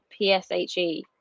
PSHE